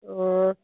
ꯑꯣ